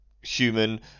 human